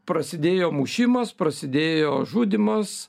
prasidėjo mušimas prasidėjo žudymas